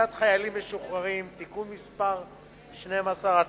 קליטת חיילים משוחררים (תיקון מס' 12),